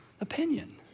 opinion